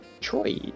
Troy